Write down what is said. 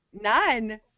None